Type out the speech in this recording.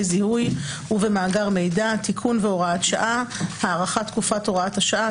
זיהוי ובמאגר מידע (תיקון והוראת שעה) (הארכת תקופת הוראת השעה),